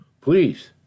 please